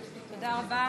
תודה רבה,